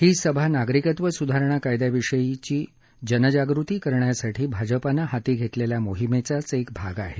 ही सभा नागरिकत्व स्धारणा कायद्याविषयी जनजागृती करण्यासाठी भाजपानं हाती घेतलेल्या मोहिमेचाच एक आग आहे